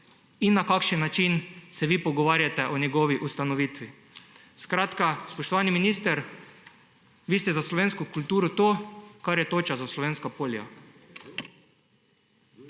in na kakšen način se vi pogovarjate o njegovi ustanovitvi. Spoštovani minister, vi ste za slovensko kulturo to, kar je toča za slovenska polja.